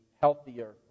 healthier